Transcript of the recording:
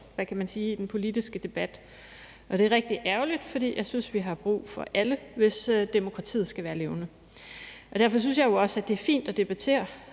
hvad kan man sige, i den politiske debat, og det er rigtig ærgerligt, for jeg synes, vi har brug for alle, hvis demokratiet skal være levende. Derfor synes jeg jo også, at det er fint at debattere,